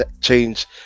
Change